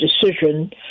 decision